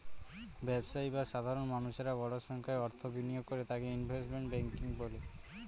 ব্যবসায়ী বা সাধারণ মানুষেরা বড় সংখ্যায় অর্থ বিনিয়োগ করে তাকে ইনভেস্টমেন্ট ব্যাঙ্কিং বলে